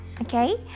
okay